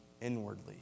inwardly